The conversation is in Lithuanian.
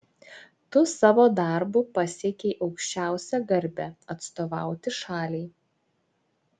tu savo darbu pasiekei aukščiausią garbę atstovauti šaliai